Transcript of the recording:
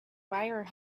wire